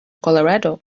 colorado